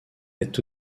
est